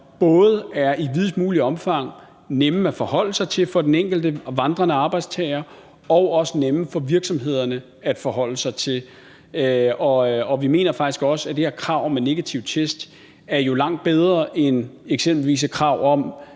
som i videst muligt omfang både er nemme at forholde sig til for den enkelte vandrende arbejdstager og også nemme for virksomhederne at forholde sig til, og vi mener faktisk også, at det her krav om en negativ test jo er langt bedre end eksempelvis et krav om,